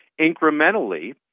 incrementally